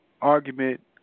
argument